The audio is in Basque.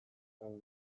izango